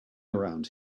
around